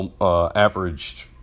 averaged